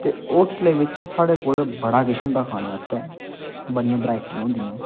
ते होटलें बिच्च साढ़े कोल बड़ा किश होंदा खाने आस्तै बड़ियां बरैटियां हुंदियां